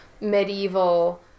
medieval